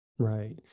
Right